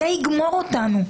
זה יגמור אותנו.